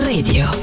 Radio